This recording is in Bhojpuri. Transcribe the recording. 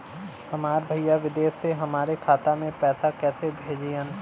हमार भईया विदेश से हमारे खाता में पैसा कैसे भेजिह्न्न?